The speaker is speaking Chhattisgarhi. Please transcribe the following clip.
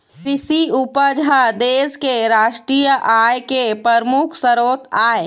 कृषि उपज ह देश के रास्टीय आय के परमुख सरोत आय